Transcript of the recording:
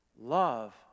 Love